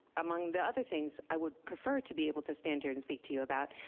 among the other things i would prefer to be able to stand here and speak to you about,